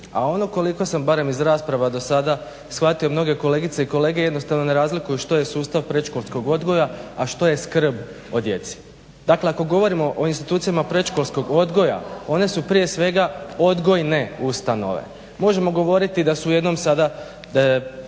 a ono koliko sam barem iz rasprava do sada shvatio, mnoge kolegice i kolege jednostavno ne razlikuju što je sustav predškolskog odgoja, a što je skrb o djeci. Dakle ako govorimo o institucijama predškolskog odgoja, one su prije svega odgojne ustanove. Možemo govoriti da su u jednom sada